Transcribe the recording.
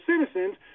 citizens